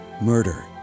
murder